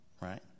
right